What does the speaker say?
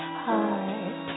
heart